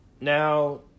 Now